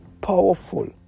powerful